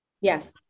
Yes